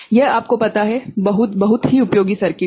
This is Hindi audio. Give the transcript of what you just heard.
यह आपको पता है बहुत बहुत ही उपयोगी सर्किट है